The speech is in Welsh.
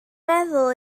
meddwl